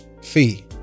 Fee